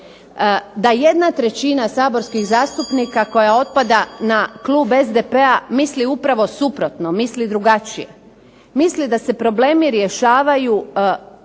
Saboru. Da 1/3 saborskih zastupnika koja otpada na Klub SDP-a misli upravo suprotno, misli drugačije. Misli da se problemi rješavaju